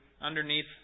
underneath